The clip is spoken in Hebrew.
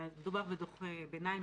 מדובר בדוח ביניים,